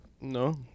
No